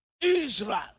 Israel